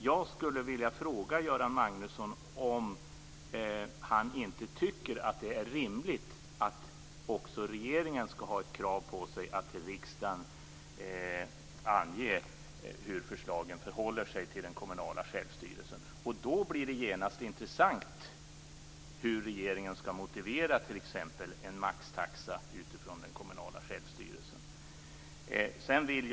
Jag skulle vilja fråga Göran Magnusson om han inte tycker att det är rimligt att också regeringen skall ha ett krav på sig att för riksdagen ange hur förslagen förhåller sig till den kommunala självstyrelsen. Då blir det genast intressant hur regeringen t.ex. skall motivera en maxtaxa utifrån den kommunala självstyrelsen. Fru talman!